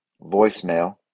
voicemail